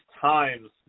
times